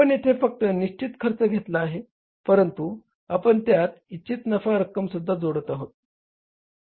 आपण येथे फक्त निश्चित खर्च घेतला आहे परंतु आपण त्यात इच्छित नफा रक्कमसुद्धा जोडत आहोत